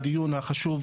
הקרן,